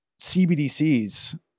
CBDCs